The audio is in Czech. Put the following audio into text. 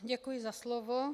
Děkuji za slovo.